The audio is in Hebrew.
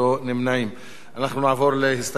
נעבור להסתייגויות על הסעיף הראשון,